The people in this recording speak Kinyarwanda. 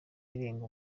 irenga